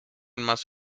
más